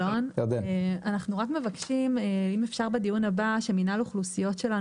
אם אפשר בדיון הבא שמינהל אוכלוסיות שלנו,